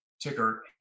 ticker